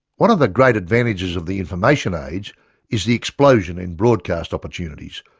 one of the great advantages of the information age is the explosion in broadcast opportunities.